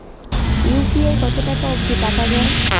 UPI কতো টাকা অব্দি পাঠা যায়?